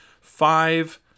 five